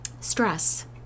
Stress